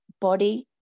body